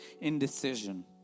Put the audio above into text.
indecision